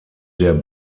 der